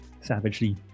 savagely